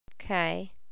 Okay